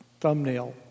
thumbnail